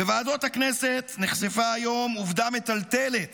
בוועדות הכנסת נחשפה היום עובדה מטלטלת